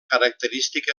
característica